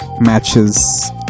matches